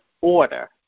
order